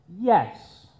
Yes